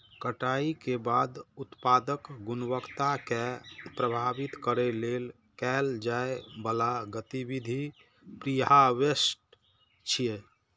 कटाइ के बाद उत्पादक गुणवत्ता कें प्रभावित करै लेल कैल जाइ बला गतिविधि प्रीहार्वेस्ट छियै